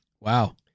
Wow